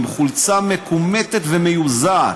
בחולצה מקומטת ומיוזעת.